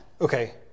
okay